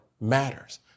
matters